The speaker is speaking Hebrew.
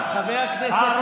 אני מבקש בכל לשון של בקשה.